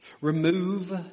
Remove